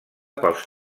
pels